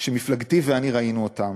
שמפלגתי ואני ראינו אותם,